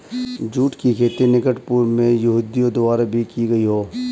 जुट की खेती निकट पूर्व में यहूदियों द्वारा भी की गई हो